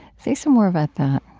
say some more about that